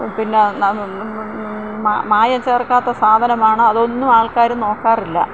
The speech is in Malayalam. പിന്നെ മായം ചേർക്കാത്ത സാധനമാണ് അതൊന്നും ആൾക്കാർ നോക്കാറില്ല